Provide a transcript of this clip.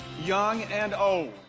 young and old.